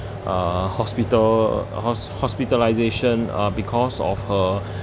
uh hospital hos~ hospitalisation uh because of her